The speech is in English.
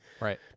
right